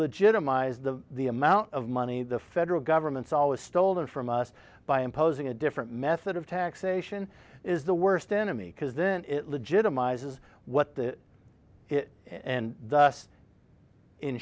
legitimize the the amount of money the federal government's always stolen from us by imposing a different method of taxation is the worst enemy because then it legitimizes what the it and